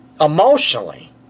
emotionally